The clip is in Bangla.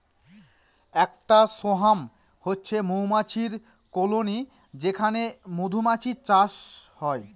একটা সোয়ার্ম হচ্ছে মৌমাছির কলোনি যেখানে মধুমাছির চাষ হয়